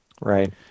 Right